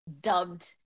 dubbed